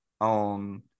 on